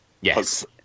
Yes